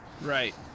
right